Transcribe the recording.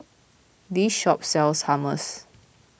this shop sells Hummus